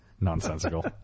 nonsensical